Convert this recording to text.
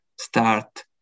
start